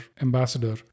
ambassador